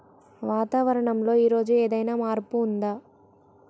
వాతావరణం లో ఈ రోజు ఏదైనా మార్పు ఉందా?